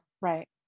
right